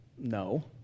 No